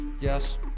yes